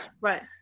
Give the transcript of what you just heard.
right